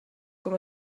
com